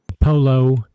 polo